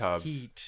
heat